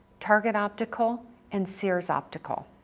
target optical and sears optical.